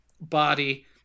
body